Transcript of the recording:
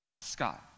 Scott